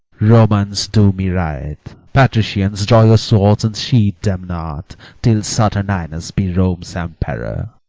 romans, do me right. patricians, draw your swords, and sheathe them not till saturninus be rome's emperor.